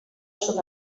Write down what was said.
sud